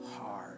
hard